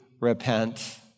repent